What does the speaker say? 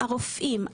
הרופאים,